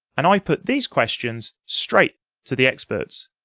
and i put these questions straight to the experts.